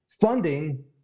funding